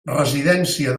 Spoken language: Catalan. residència